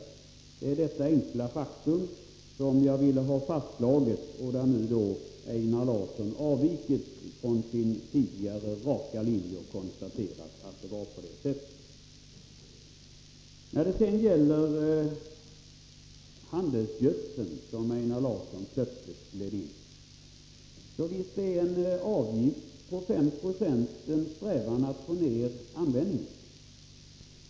Det är dessa enkla fakta jag ville slå fast, när Einar Larsson nu har avvikit från sin tidigare raka linje. Jag konstaterar att det var på det sättet. När det gäller handelsgödsel, som Einar Larsson plötsligt gled in på, vill jag säga att visst ingår avgiften på 5 90 i en strävan att få ner användningen.